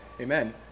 Amen